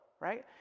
right